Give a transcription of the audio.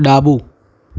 ડાબું